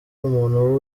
umuntu